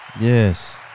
Yes